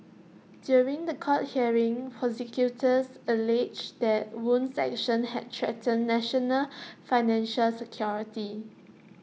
during The Court hearing prosecutors alleged that Wu's actions had threatened national financial security